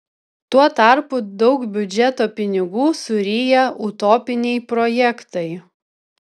tuo tarpu daug biudžeto pinigų suryja utopiniai projektai